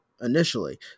initially